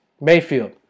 Mayfield